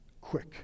quick